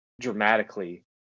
dramatically